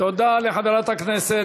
בתוך נייר התקציב.